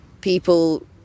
people